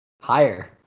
Higher